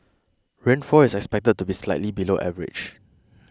rainfall is expected to be slightly below average